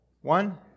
One